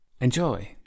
Enjoy